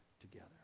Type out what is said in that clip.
together